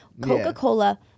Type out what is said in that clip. Coca-cola